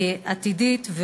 והיא עתידית,